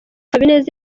habineza